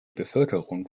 bevölkerung